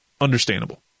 Understandable